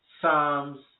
Psalms